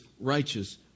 righteous